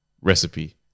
recipe